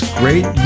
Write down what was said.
great